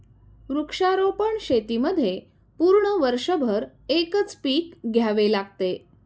वृक्षारोपण शेतीमध्ये पूर्ण वर्षभर एकच पीक घ्यावे लागते